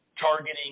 targeting